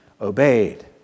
obeyed